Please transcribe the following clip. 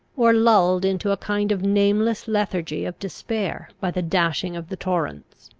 or lulled into a kind of nameless lethargy of despair by the dashing of the torrents.